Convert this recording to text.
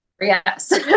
Yes